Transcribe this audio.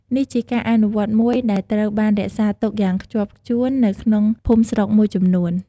នេះជាការអនុវត្តមួយដែលត្រូវបានរក្សាទុកយ៉ាងខ្ជាប់ខ្ជួននៅក្នុងភូមិស្រុកមួយចំនួន។